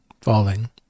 falling